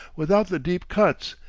without the deep cuts,